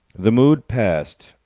the mood passed.